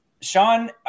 Sean